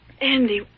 Andy